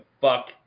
fuck